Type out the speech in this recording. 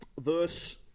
verse